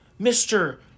Mr